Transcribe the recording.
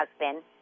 husband